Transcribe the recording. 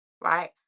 right